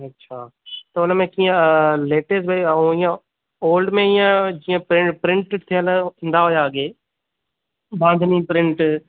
अच्छा त हुन में कीअं आहे लेटेस्ट में ऐं हीअं ओल्ड में ईअं जीअं पहिरों प्रिंट थियलु ईंदा हुआ अॻे बांधनी प्रिंट